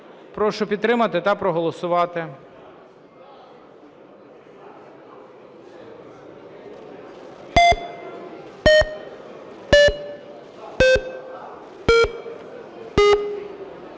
Прошу підтримати та проголосувати.